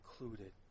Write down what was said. included